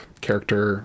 character